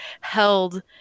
held